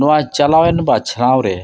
ᱱᱚᱣᱟ ᱪᱟᱞᱟᱣᱮᱱ ᱵᱟᱪᱷᱱᱟᱣᱨᱮ